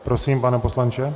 Prosím, pane poslanče.